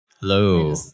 Hello